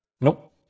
Nope